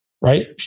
right